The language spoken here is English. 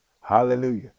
hallelujah